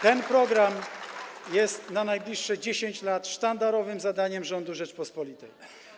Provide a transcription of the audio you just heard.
Ten program jest na najbliższe 10 lat sztandarowym zadaniem rządu Rzeczypospolitej.